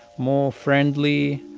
more friendly,